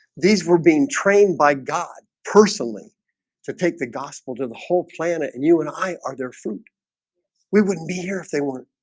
these were being trained by god personally to take the gospel to the whole planet and you and i are their fruit we wouldn't be here if they want